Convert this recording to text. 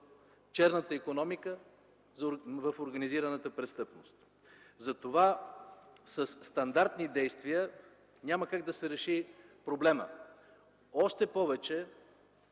черната икономика, в организираната престъпност. Затова със стандартни действия няма как да се реши проблемът. Още повече